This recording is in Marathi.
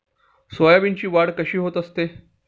सोयाबीनची वाढ कशी होत असते?